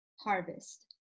Harvest